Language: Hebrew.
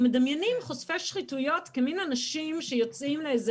אנחנו מדמיינים חושפי שחיתויות כמין אנשים שיוצאים לאיזה